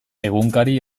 egunkari